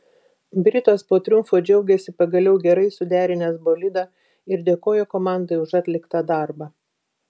britas po triumfo džiaugėsi pagaliau gerai suderinęs bolidą ir dėkojo komandai už atliktą darbą